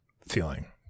feeling